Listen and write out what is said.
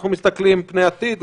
אנחנו מסתכלים פני עתיד.